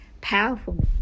powerful